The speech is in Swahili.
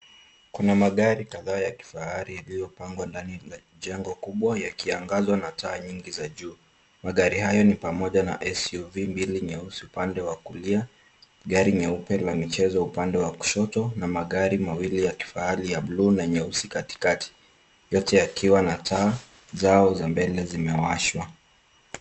Kuna magari kadhaa ya kifahari yaliyopangwa ndani ya jengo kubwa yakiangazwa na taa nyingi za juu. Magarii hayo ni pamoja na SUV mbili nyeusi upande wa kulia, gari nyeuoe la michezo upande wa kushoto na magari mawili ya buluu na nyeusi katikati. Yote yakiwa na taa zao za mbele zimewashwa.